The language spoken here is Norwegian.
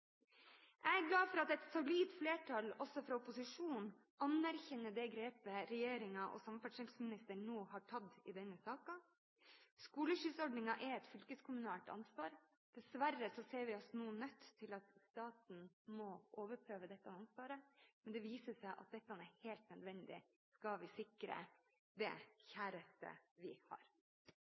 Jeg er glad for at et solid flertall også fra opposisjonen anerkjenner det grepet regjeringen og samferdselsministeren nå har tatt i denne saken. Skoleskyssordningen er et fylkeskommunalt ansvar. Dessverre ser vi oss nå nødt til å la staten overprøve dette ansvaret, men det viser seg at dette er helt nødvendig, skal vi sikre det kjæreste vi har.